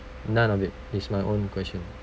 none of it is my own question